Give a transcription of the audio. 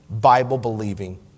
Bible-believing